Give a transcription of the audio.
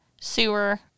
sewer